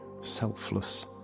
selfless